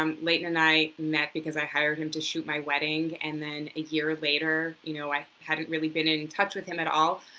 um layton and i met because i hired him to shoot my wedding and a year later, you know i hadn't really been in touch with him at all.